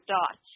Dot